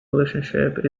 relationship